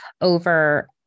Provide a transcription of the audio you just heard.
over